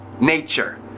nature